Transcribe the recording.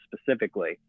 specifically